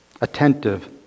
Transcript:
attentive